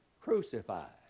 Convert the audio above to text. crucified